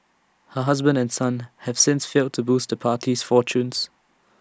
her husband and son have since failed to boost the party's fortunes